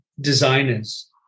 designers